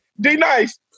D-Nice